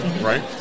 right